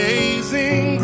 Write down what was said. Amazing